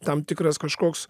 tam tikras kažkoks